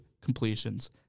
completions